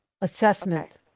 assessment